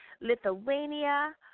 Lithuania